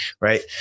Right